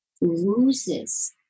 loses